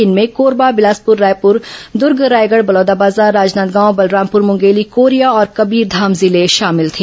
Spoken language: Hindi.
इनमें कोरबा बिलासपुर रायपुर दुर्ग रायगढ़ बलौदाबाजार राजनांदगांव बलरामपुर मुंगेली कोरिया और कबीरघाम जिले शामिल थे